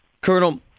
Colonel